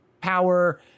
power